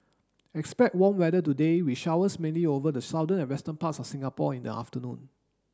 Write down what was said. expect warm weather today with showers mainly over the southern and western parts of Singapore in the afternoon